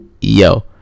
Yo